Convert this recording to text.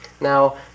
Now